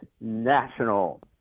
national